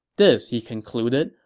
this, he concluded,